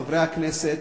חברי הכנסת,